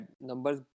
numbers